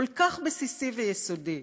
כל כך בסיסי ויסודי.